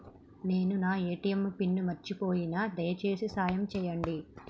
నేను నా ATM PIN మర్చిపోయిన, దయచేసి సాయం చేయండి